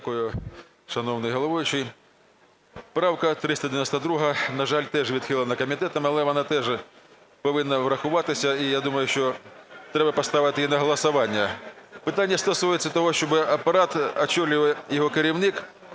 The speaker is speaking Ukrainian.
Дякую, шановний головуючий. Правка 392, на жаль, теж відхилена комітетом. Але вона теж повинна урахуватися. І я думаю, що треба поставити її на голосування. Питання стосується того, що апарат очолює його керівник.